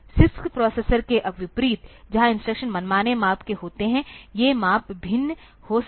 CISC processor के विपरीत जहां इंस्ट्रक्शन मनमाने माप के होते हैं ये माप भिन्न हो सकते हैं